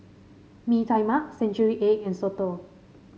Mee Tai Mak Century Egg and soto